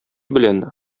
белән